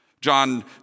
John